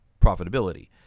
profitability